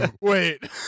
wait